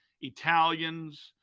Italians